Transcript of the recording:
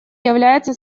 является